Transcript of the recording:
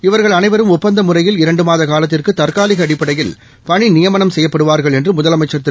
இவர்கள் அனைவரும் ஒப்பந்த முறையில் இரண்டு மாத காலத்திற்கு தற்காலிக அடிப்படையில் பணி நியமனம் செய்யப்படுவார்கள் என்று முதலமைச்சள் திரு